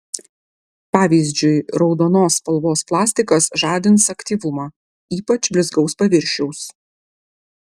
pavyzdžiui raudonos spalvos plastikas žadins aktyvumą ypač blizgaus paviršiaus